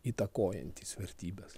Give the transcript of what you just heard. įtakojantys vertybes